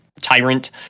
tyrant